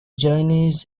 journeys